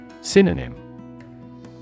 Synonym